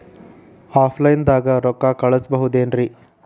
Offline ದಾಗ ರೊಕ್ಕ ಕಳಸಬಹುದೇನ್ರಿ?